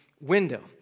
window